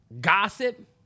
gossip